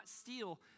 steal